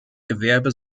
gewerbe